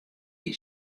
wie